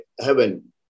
Heaven